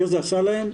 ומה זה עשה להם,